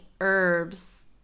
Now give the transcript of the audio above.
herbs